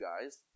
guys